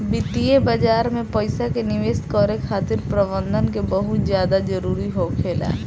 वित्तीय बाजार में पइसा के निवेश करे खातिर प्रबंधन के बहुत ज्यादा जरूरी होखेला